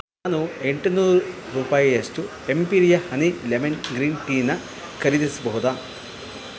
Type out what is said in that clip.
ನಾನು ಎಂಟು ನೂರು ರೂಪಾಯಿಯಷ್ಟು ಎಂಪಿರಿಯಾ ಹನಿ ಲೆಮನ್ ಗ್ರೀನ್ ಟೀನ ಖರೀದಿಸಬಹುದಾ